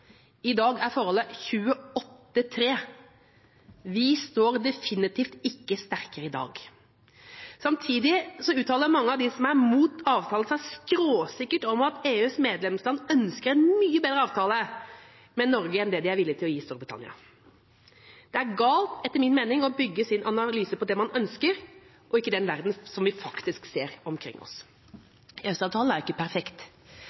I dag er forholdet 28–3. Vi står definitivt ikke sterkere i dag. Samtidig uttaler mange av dem som er imot avtalen, seg skråsikkert om at EUs medlemsland ønsker en mye bedre avtale med Norge enn det de er villige til å gi Storbritannia. Det er galt, etter min mening, å bygge sin analyse på det man ønsker, og ikke den verden vi faktisk ser omkring oss. EØS-avtalen er ikke perfekt,